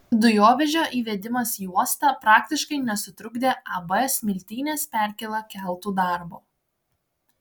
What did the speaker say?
dujovežio įvedimas į uostą praktiškai nesutrukdė ab smiltynės perkėla keltų darbo